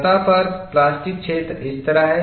सतह पर प्लास्टिक क्षेत्र इस तरह है